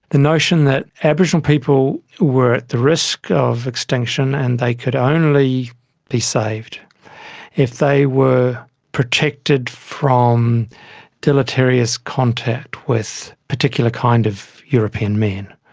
the notion that aboriginal people were at the risk of extinction and they could be only be saved if they were protected from deleterious contact with particular kind of european men.